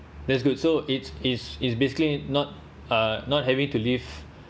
that's good so it is is basically not uh not having to live